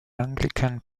anglican